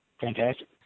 fantastic